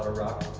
ah rock?